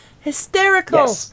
Hysterical